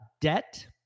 debt